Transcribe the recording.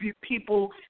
people